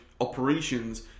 operations